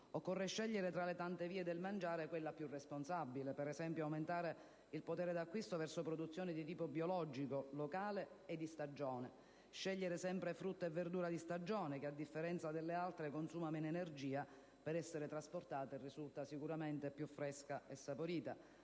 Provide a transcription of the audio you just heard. Occorre scegliere, tra le tante vie del mangiare, quella più responsabile. Per esempio, aumentare il potere d'acquisto verso produzioni di tipo biologico, locale e di stagione; scegliere sempre frutta e verdura di stagione che, a differenza delle altre, consuma meno energia per essere trasportata e risulta più fresca e saporita;